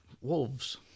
wolves